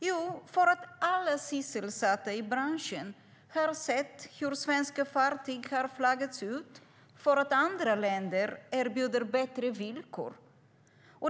Jo, för att alla sysselsatta i branschen har sett hur svenska fartyg har flaggats ut för att andra länder erbjuder bättre villkor.